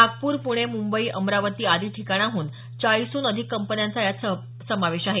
नागपूर पुणे मुबई अमरावती आदी ठिकाणांहून चाळीसहून अधिक कंपन्यांचा यात सहभाग आहे